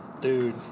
dude